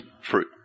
Fruit